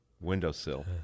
Windowsill